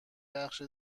بخش